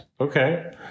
Okay